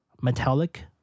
metallic